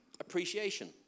appreciation